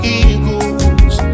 eagles